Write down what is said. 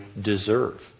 deserve